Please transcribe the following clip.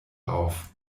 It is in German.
auf